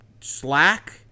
slack